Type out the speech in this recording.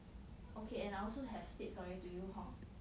okay and I also have said sorry to you hor